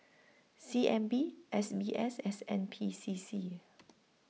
C N B S B S S N P C C